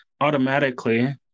automatically